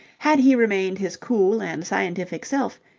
had he remained his cool and scientific self,